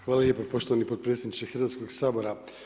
Hvala lijepo poštovani potpredsjedniče Hrvatskog sabora.